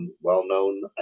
well-known